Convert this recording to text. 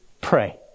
pray